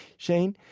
shane,